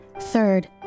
Third